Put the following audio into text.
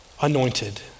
anointed